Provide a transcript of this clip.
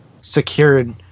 secured